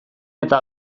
eta